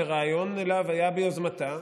והרעיון היה ביוזמתה.